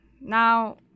Now